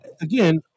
again